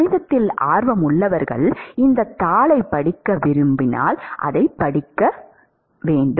கணிதத்தில் ஆர்வமுள்ளவர்கள் இந்த தாளைப் படிக்க வேண்டும்